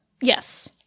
Yes